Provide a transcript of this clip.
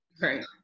Right